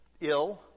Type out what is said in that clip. ill